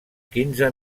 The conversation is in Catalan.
quinze